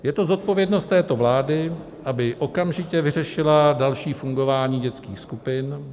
Je to zodpovědnost této vlády, aby okamžitě vyřešila další fungování dětských skupin.